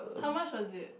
how much was it